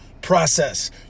process